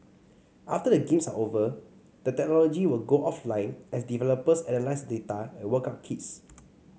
after the games are over the technology will go offline as developers analyse the data and work out kinks